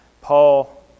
Paul